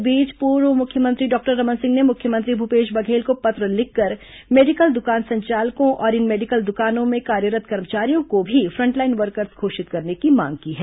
इस बीच पूर्व मुख्यमंत्री डॉक्टर रमन सिंह ने मुख्यमंत्री भूपेश बघेल को पत्र लिखकर मेडिकल दुकान संचालकों और इन मेडिकल दुकानों में कार्यरत् कर्मचारियों को भी फ्रंटलाइन वर्कर्स घोषित करने की मांग की है